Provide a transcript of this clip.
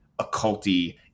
occulty